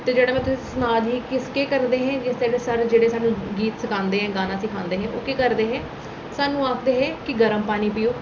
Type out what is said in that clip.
ते जेह्ड़ा में तुसें ई सना दी ही कि केह् करदे हे जिस बेल्लै साढ़े सर जेल्लै स्हान्नू गीत सखांदे हे जां गाना सखांदे हे ओह् केह् करदे हे स्हान्नूं आखदे हे कि गर्म पानी पिओ